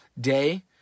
day